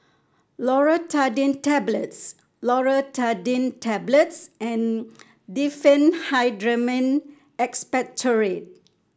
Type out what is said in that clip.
Loratadine Tablets Loratadine Tablets and Diphenhydramine Expectorant